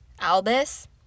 Albus